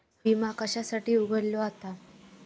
विमा कशासाठी उघडलो जाता?